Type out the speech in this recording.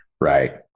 Right